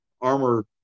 armor